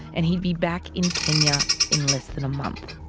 and he'd be back in kenya in less than a month.